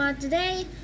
Today